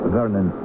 Vernon